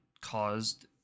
caused